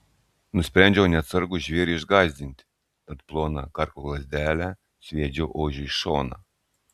nusprendžiau neatsargų žvėrį išgąsdinti tad ploną karklo lazdelę sviedžiau ožiui į šoną